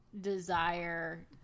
desire